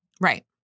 right